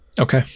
okay